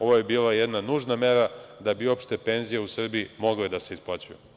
Ovo je bila jedna nužna mera da bi uopšte penzije u Srbiji mogle da se isplaćuju.